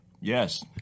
Yes